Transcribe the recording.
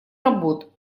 работ